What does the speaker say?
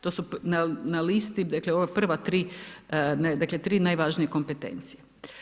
To su na listi, dakle ova prva tri, dakle, tri najvažnije kompetencije.